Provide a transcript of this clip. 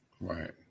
Right